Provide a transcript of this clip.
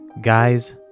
Guys